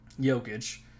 Jokic